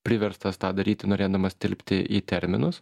priverstas tą daryti norėdamas tilpti į terminus